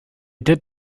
did